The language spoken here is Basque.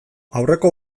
aurreko